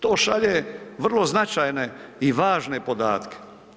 To šalje vrlo značajne i važne podatke.